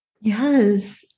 Yes